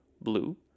blue